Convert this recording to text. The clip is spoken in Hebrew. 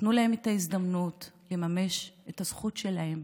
תנו להם את ההזדמנות לממש את הזכות שלהם